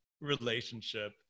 relationship